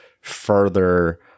further